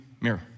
mirror